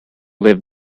live